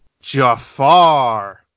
Jafar